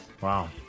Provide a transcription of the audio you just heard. Wow